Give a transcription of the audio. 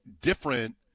different